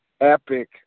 epic